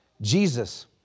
Jesus